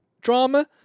drama